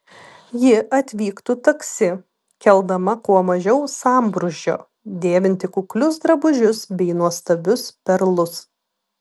ji atvyktų taksi keldama kuo mažiau sambrūzdžio dėvinti kuklius drabužius bei nuostabius perlus